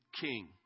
king